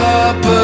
up